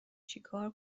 چیکار